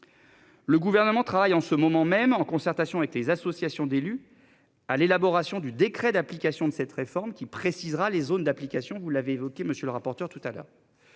Le gouvernement travaille en ce moment même en concertation avec les associations d'élus. À l'élaboration du décret d'application de cette réforme qui précisera les zones d'application. Vous l'avez évoqué, monsieur le rapporteur. Tout à l'heure.